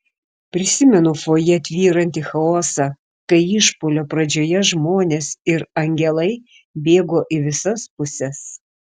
prisimenu fojė tvyrantį chaosą kai išpuolio pradžioje žmonės ir angelai bėgo į visas puses